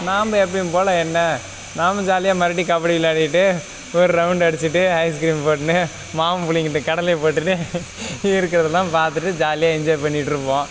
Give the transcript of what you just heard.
நம்ப எப்பையும் போல் என்ன நாம ஜாலியாக மறுபடியும் கபடி விளையாடிவிட்டு ஒரு ரவுண்டு அடிச்சிவிட்டு ஐஸ்கிரீம் போட்டுனு மாமன் பிள்ளைங்கள்ட்ட கடலையை போட்டுட்டு இருக்கிறதுலாம் பார்த்துட்டு ஜாலியாக என்ஜாய் பண்ணிட்டுருப்போம்